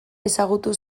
ezagutu